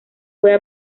puede